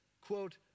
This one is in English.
quote